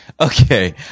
Okay